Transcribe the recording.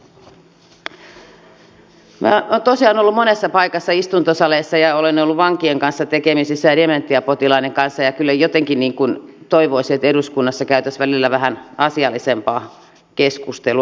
minä olen tosiaan ollut monessa paikassa istuntosaleissa ja olen ollut vankien ja dementiapotilaiden kanssa tekemisissä ja kyllä jotenkin toivoisin että eduskunnassa käytäisiin välillä vähän asiallisempaa keskustelua